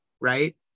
Right